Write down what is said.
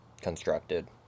constructed